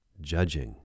judging